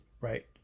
right